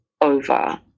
over